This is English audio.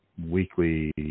Weekly